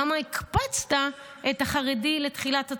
למה הקפצת את החרדי לתחילת התור?